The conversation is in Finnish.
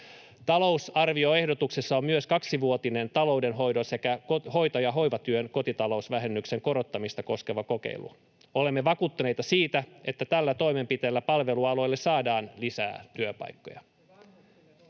Talousar-vioehdotuksessa on myös kaksivuotinen taloudenhoidon sekä hoito- ja hoivatyön kotitalousvähennyksen korottamista koskeva kokeilu. Olemme vakuuttuneita siitä, että tällä toimenpiteellä palvelualoille saadaan lisää työpaikkoja.